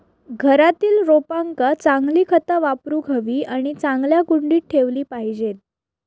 घरातील रोपांका चांगली खता वापरूक हवी आणि चांगल्या कुंडीत ठेवली पाहिजेत